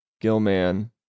Gilman